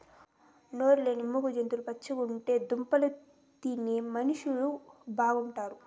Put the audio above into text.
నోరు లేని మూగ జీవాలు పచ్చగుంటే దుంపలు తెచ్చే మనుషులు బాగుంటారు